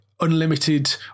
unlimited